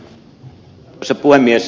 arvoisa puhemies